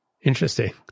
Interesting